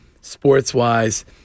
sports-wise